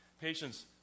patience